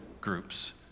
groups